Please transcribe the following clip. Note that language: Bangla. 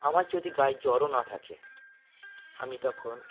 আমার যদি গায়ের জ্বরও না থাকে আমি তখন